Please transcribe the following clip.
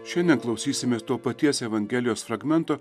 šiandien klausysime to paties evangelijos fragmento